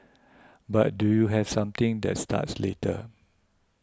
but do you have something that starts later